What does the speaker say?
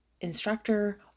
instructor